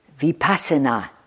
vipassana